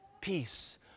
peace